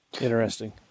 Interesting